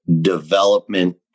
development